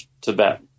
Tibet